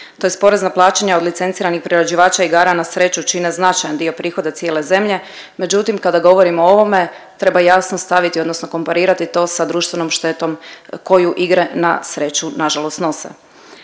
tj. porezna plaćanja od licenciranih priređivača igara na sreću čine značajan dio prihoda cijele zemlje, međutim kada govorimo o ovome treba jasno staviti odnosno komparirati to sa društvenom štetom koju igre na sreću nažalost nose.